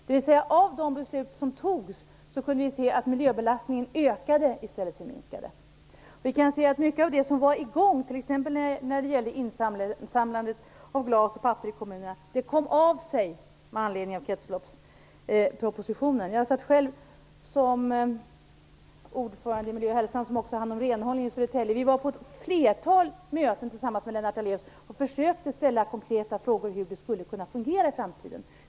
På grund av de beslut som fattades kunde vi se hur miljöbelastningen ökade i stället för att minska. Mycket av det som var igång, t.ex. insamlandet av glas och papper i kommunerna, kom av sig med anledning av kretsloppspropositionen. Jag satt själv som ordförande i Miljö och Hälsa, som har hand om renhållningen i Södertälje. Vi deltog i ett flertal möten tillsammans med Lennart Daléus, och försökte ställa konkreta frågor om hur detta skulle kunna fungera i framtiden.